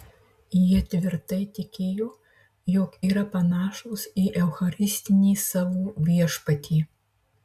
jie tvirtai tikėjo jog yra panašūs į eucharistinį savo viešpatį